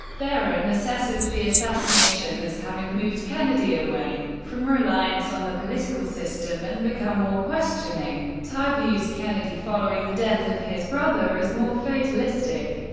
beran assesses the assassination as having moved kennedy away from reliance on the political system and become more questioning. tye views kennedy following the death of his brother as more fatalistic,